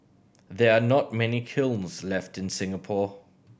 there are not many kilns left in Singapore